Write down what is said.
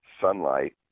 sunlight